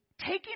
taking